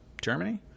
Germany